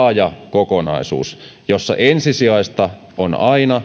kokonaisuus jossa ensisijaista on aina